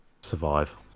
survive